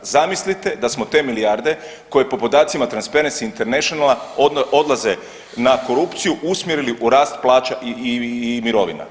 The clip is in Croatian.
Zamislite da smo te milijarde koje po podacima Transparency internationala odlaze na korupciju usmjerili na rast plaća i mirovina.